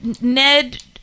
Ned